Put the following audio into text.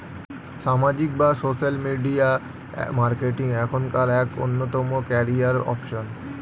সামাজিক বা social media marketing এখনকার এক অন্যতম ক্যারিয়ার অপশন